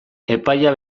epaia